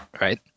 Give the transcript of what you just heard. right